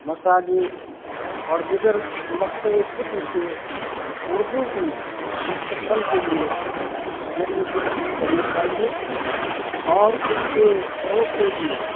مساجد اور دیگر مکتبہ فکر سے اردو کی مستقبل کے لیے جدوجہد کرنی چاہیے اور اس کے فروغ کے لیے